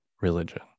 religion